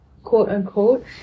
quote-unquote